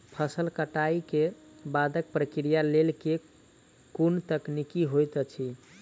फसल कटाई केँ बादक प्रक्रिया लेल केँ कुन तकनीकी होइत अछि?